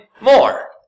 more